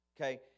Okay